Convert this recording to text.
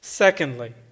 Secondly